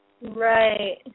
Right